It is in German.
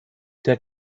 der